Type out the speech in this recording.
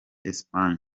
espagne